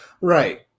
Right